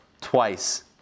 twice